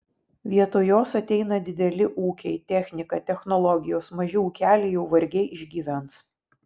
vietoj jos ateina dideli ūkiai technika technologijos maži ūkeliai jau vargiai išgyvens